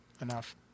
enough